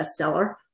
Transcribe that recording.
bestseller